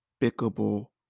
Despicable